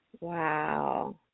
Wow